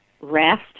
rest